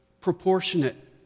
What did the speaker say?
proportionate